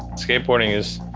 skateboarding is,